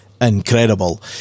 incredible